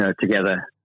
Together